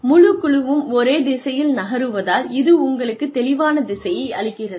முழு குழுவும் ஒரே திசையில் நகருவதால் இது உங்களுக்குத் தெளிவான திசையை அளிக்கிறது